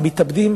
מספר המתאבדים,